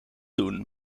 doen